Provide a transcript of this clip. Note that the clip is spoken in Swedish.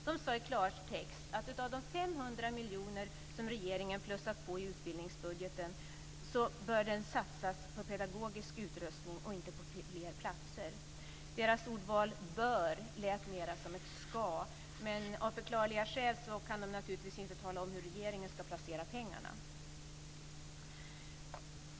De sade i klartext att de 500 miljoner som regeringen plussat på utbildningsbudgeten med bör satsas på pedagogisk upprustning och inte på fler platser. Deras ordval "bör" lät mera som ett "ska", men av förklarliga skäl kan de naturligtvis inte tala om hur regeringen ska placera pengarna.